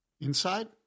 inside